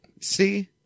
see